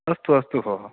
अस्तु अस्तु भोः